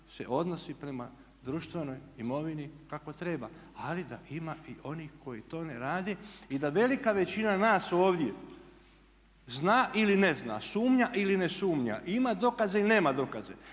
se odnosi prema društvenoj imovini kako treba ali da ima i onih koji to ne rade i da velika većina nas ovdje zna ili ne zna, sumnja ili ne sumnja, ima dokaze ili nema dokaze